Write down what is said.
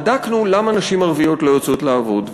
בדקנו למה נשים ערביות לא יוצאות לעבוד,